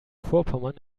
vorpommern